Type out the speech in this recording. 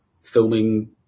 filming